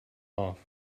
off